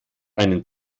einen